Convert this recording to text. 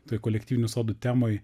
toj kolektyvinių sodų temoj